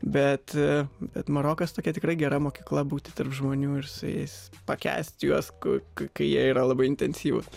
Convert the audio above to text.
bet bet marokas tokia tikrai gera mokykla būti tarp žmonių ir su jais pakęsti juos kur kai jie yra labai intensyvus